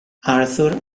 arthur